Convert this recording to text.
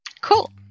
Cool